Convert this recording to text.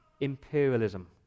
imperialism